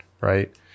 right